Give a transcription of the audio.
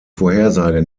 vorhersage